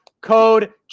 code